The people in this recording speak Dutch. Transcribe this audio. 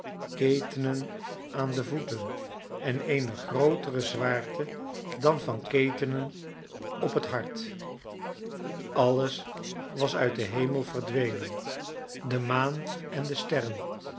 ketenen aan de voeten en eene grootere zwaarte dan van ketenen op het hart alles was uit den hemel verdwenen de maan en de sterren